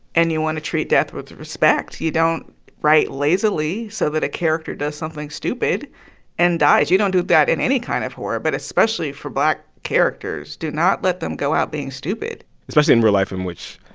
and you want to treat death with respect. you don't write lazily so that a character does something stupid and dies. you don't do that in any kind of horror, but especially for black characters. do not let them go out being stupid especially in real life in which,